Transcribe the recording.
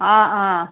हा हा